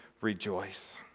rejoice